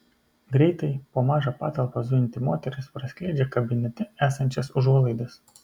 greitai po mažą patalpą zujanti moteris praskleidžia kabinete esančias užuolaidas